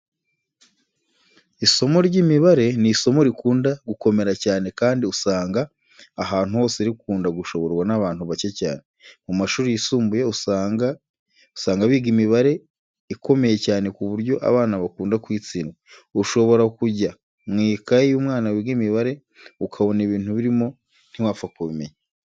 Isomo ry'imibare ni isomo rikunda gukomera cyane kandi usanga ahantu hose rikunda gushoborwa n'abantu bake cyane. Mu mashuri yisumbuye usanga biga imibare ikomeye cyane ku buryo abana bakunda kuyitsindwa. Ushobora kujya mu ikayi y'umwana wiga imibare ukabona ibintu birimo ntiwapfa kubimenya.